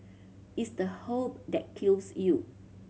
it's the hope that kills you